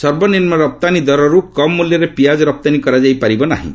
ସର୍ବନିମ୍ନ ରପ୍ତାନୀ ଦରରୁ କମ୍ ମୂଲ୍ୟରେ ପିଆଜ ରପ୍ତାନୀ କରାଯାଇ ପାରିବ ନାହିଁ